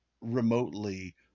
remotely